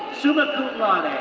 summa cum laude,